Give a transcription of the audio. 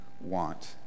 want